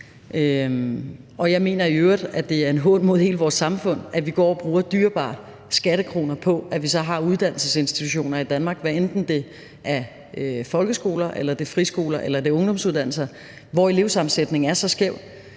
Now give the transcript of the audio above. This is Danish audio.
Jeg mener i øvrigt, at det er en hån imod hele vores samfund, at vi går og bruger dyrebare skattekroner på, at vi så har uddannelsesinstitutioner i Danmark, hvad enten det er folkeskoler eller friskoler eller ungdomsuddannelser, hvor elevsammensætningen er så skæv.